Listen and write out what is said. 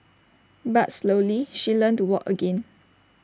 but slowly she learnt to walk again